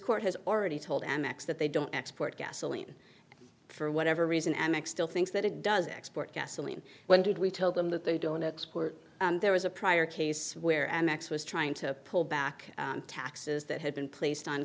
court has already told amex that they don't export gasoline for whatever reason amec still thinks that it does export gasoline when did we tell them that they don't export there was a prior case where amex was trying to pull back taxes that had been placed on